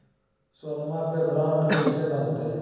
सोनमा के बॉन्ड कैसे बनते?